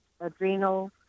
adrenal